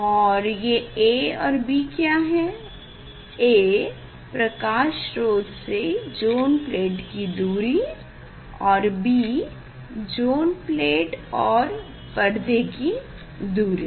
और ये a और b क्या है a प्रकाश स्रोत से ज़ोन प्लेट की दूरी और b ज़ोन प्लेट और पर्दे की दूरी